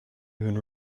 even